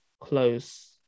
close